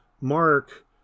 Mark